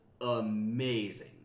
amazing